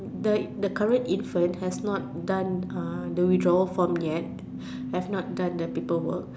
the the current infant has not done the withdrawal form yet have not done the paperwork